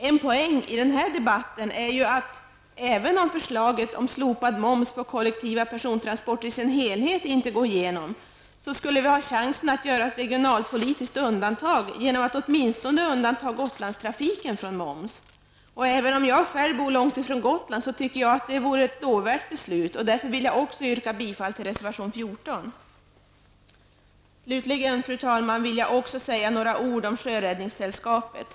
En poäng i dagens debatt är att även om förslaget om slopad moms på kollektiva persontransporter i sin helhet inte går igenom, har vi chansen att göra ett regionalpolitiskt undantag genom att åtminstone undanta Gotlandstrafiken från moms. Även om jag själv bor långt från Gotland tycker jag att det vore ett lovvärt beslut. Jag vill därför yrka bifall till reservation nr 14. Fru talman! Slutligen vill jag också säga några ord om Sjöräddningssällskapet.